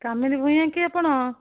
କାମିିନି ଭୁୟାଁ କି ଆପଣ